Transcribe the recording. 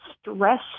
stress